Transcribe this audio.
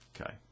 okay